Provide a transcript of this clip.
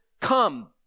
come